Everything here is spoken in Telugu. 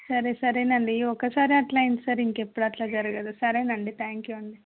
సరే సరేనండి ఈ ఒక్కసారే అట్లా అయింది సార్ ఇంకా ఎప్పుడు అట్లా జరగదు సరేనండి త్యాంక్ యు